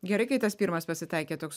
gerai kai tas pirmas pasitaikė toks